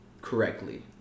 correctly